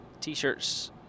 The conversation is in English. t-shirts